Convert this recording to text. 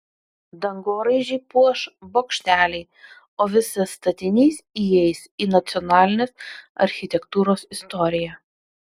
dangoraižį puoš bokšteliai o visas statinys įeis į nacionalinės architektūros istoriją